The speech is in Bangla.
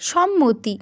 সম্মতি